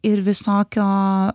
ir visokio